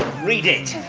read it.